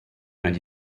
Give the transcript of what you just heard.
and